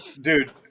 dude